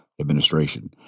administration